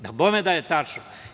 Dabome da je tačno.